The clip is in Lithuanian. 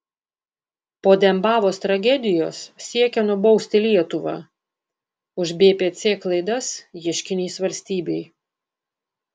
po dembavos tragedijos siekia nubausti lietuvą už bpc klaidas ieškinys valstybei